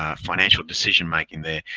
ah financial decision-making there.